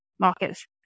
markets